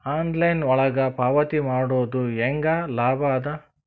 Online ಒಳಗ ಪಾವತಿ ಮಾಡುದು ಹ್ಯಾಂಗ ಲಾಭ ಆದ?